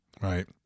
right